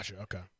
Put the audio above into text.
okay